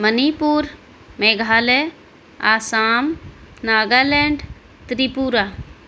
منی پور میگھالیہ آسام ناگا لینڈ تریپورہ